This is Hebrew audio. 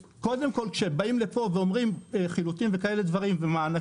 כשבאים לפה ומדברים על חילוטים ומענקים,